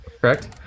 Correct